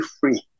free